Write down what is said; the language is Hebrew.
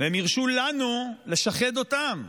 והם הרשו לנו לשחד אותם.